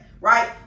Right